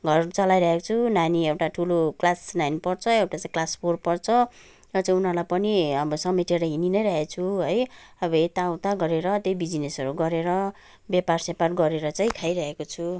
घर चलाइराखेको छु नानी एउटा ठुलो क्लास नाइन पढ्छ एउटा चाहिँ क्लास फोर पढ्छ र चाहिँ उनीहरूलाई पनि समेटेर हिँडि नै राखेको छु है अब यताउता गरेर त्यही बिजनेसहरू गरेर व्यापारस्यापार गरेर चाहिँ खाइराखेको छु